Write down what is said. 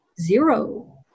Zero